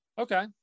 Okay